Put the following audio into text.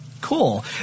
Cool